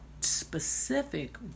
specific